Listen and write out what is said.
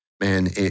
man